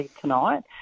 tonight